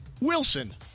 Wilson